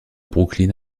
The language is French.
brooklyn